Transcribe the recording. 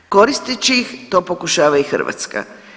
Koristeći ih to pokušava i Hrvatska.